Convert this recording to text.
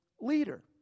leader